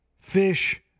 fish